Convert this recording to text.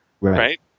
right